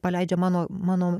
paleidžia mano mano